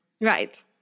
Right